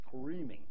screaming